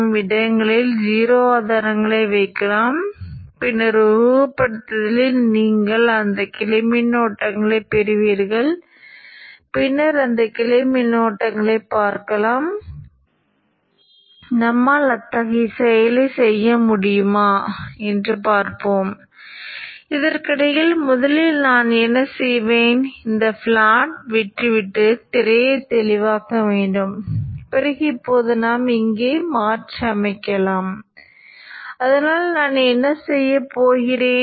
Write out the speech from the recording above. சுவிட்ச்ஐ off செய்யும்போது ஒரு freewheeling மின்னோட்டம் இந்த முறையில் பாய்வதைப் பார்க்கலாம் இங்கே ஒரு வீழ்ச்சி உள்ளது அவை நிச்சயமாக டையோடு வீழ்ச்சியாக இருக்கும் பின்னர் Vin இது இங்கே சுற்றுகளை நிறைவு செய்கிறது